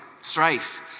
strife